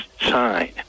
sign